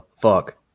Fuck